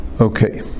Okay